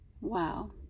Wow